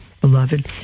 beloved